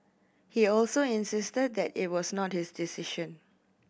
he also insisted that it was not his decision